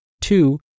two